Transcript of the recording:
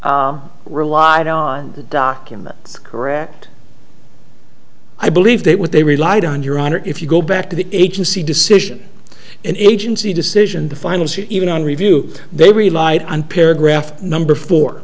service relied on the documents correct i believe they were they relied on your honor if you go back to the agency decision and agency decision the finals even on review they relied on paragraph number four